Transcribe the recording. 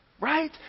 Right